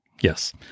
Yes